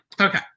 okay